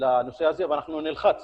לנושא הזה ואנחנו נלחץ